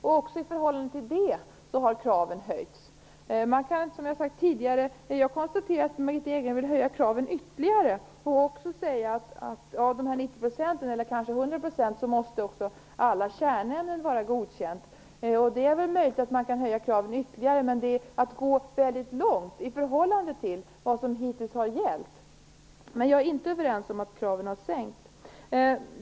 Också i förhållande till det har kraven höjts. Margitta Edgren vill höja kraven ytterligare. Till 90 %, eller kanske till 100 %, måste man alltså i alla kärnämnen vara godkänd. Det är möjligt att kraven kan höjas ytterligare, men det här är att gå väldigt långt i förhållande till vad som hittills gällt. Vi är alltså inte överens om att kraven har sänkts.